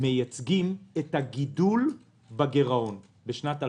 מצייגים את הגידול בגירעון בשנת 2020,